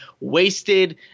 wasted